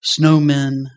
Snowmen